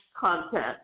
content